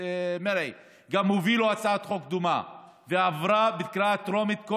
מרעי הובילו הצעת חוק דומה והיא עברה בקריאה טרומית.